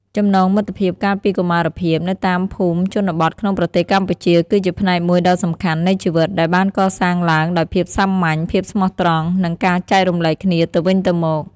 ចំណងមិត្តភាពកាលពីកុមារភាពនៅតាមភូមិជនបទក្នុងប្រទេសកម្ពុជា គឺជាផ្នែកមួយដ៏សំខាន់នៃជីវិត ដែលបានកសាងឡើងដោយភាពសាមញ្ញ ភាពស្មោះត្រង់ និងការចែករំលែកគ្នាទៅវិញទៅមក។